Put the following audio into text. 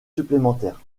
supplémentaires